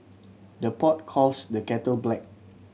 the pot calls the kettle black